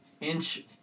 inch